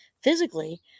Physically